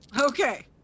Okay